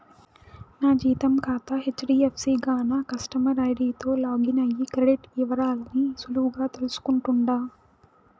నా జీతం కాతా హెజ్డీఎఫ్సీ గాన కస్టమర్ ఐడీతో లాగిన్ అయ్యి క్రెడిట్ ఇవరాల్ని సులువుగా తెల్సుకుంటుండా